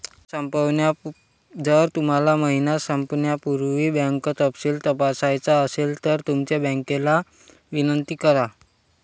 जर तुम्हाला महिना संपण्यापूर्वी बँक तपशील तपासायचा असेल तर तुमच्या बँकेला विनंती करा